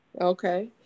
Okay